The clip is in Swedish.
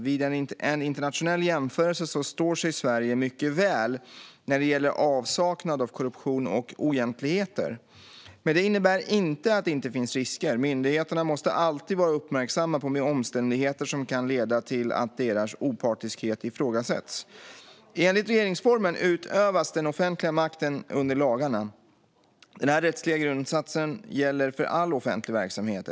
Vid en internationell jämförelse står sig Sverige mycket väl när det gäller avsaknad av korruption och oegentligheter. Men det innebär inte att det inte finns risker. Myndigheterna måste alltid vara uppmärksamma på omständigheter som kan leda till att deras opartiskhet ifrågasätts. Enligt regeringsformen utövas den offentliga makten under lagarna. Denna rättsliga grundsats gäller för all offentlig verksamhet.